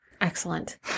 excellent